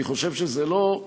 אני חושב שזה לא,